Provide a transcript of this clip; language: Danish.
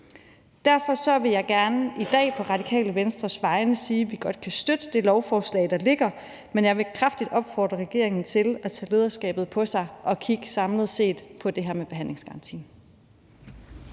Derfor vil jeg gerne i dag på Radikale Venstres vegne sige, at vi godt kan støtte det lovforslag, der ligger, men jeg vil kraftigt opfordre regeringen til at tage lederskabet på sig og kigge samlet på det her med behandlingsgarantien.